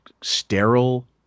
sterile